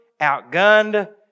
outgunned